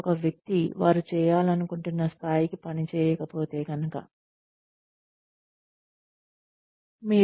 ఒక వ్యక్తి వారు చేయాలనుకుంటున్న స్థాయికి పని చేయకపోతే ప్రత్యేకించి పర్యవేక్షణ సమావేశాలను ఏర్పాటు చేయండి